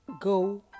Go